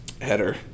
header